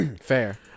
fair